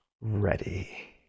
ready